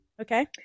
Okay